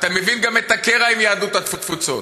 אתה מבין גם את הקרע עם יהדות התפוצות.